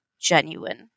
genuine